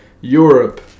Europe